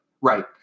Right